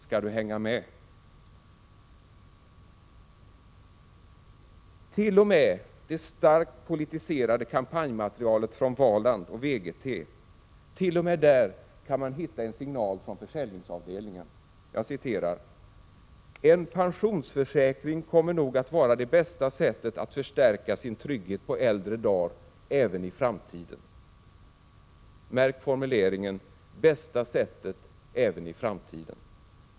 Ska Du hänga med?” T.o.m. i det starkt politiserade kampanjmaterialet från Valand och Vegete kan man hitta en signal från försäljningsavdelningen: ”-—-=- en pensionsförsäkring kommer nog att vara det bästa sättet att förstärka sin trygghet på äldre da'r även i framtiden.” Märk formuleringen: bästa sättet — även i framtiden!